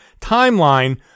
timeline